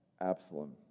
Absalom